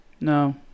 No